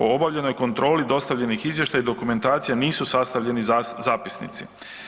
O obavljenoj kontroli dostavljenih izvještaja i dokumentacija nisu sastavljeni zapisnici.